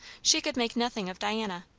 she could make nothing of diana.